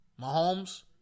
Mahomes